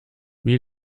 wie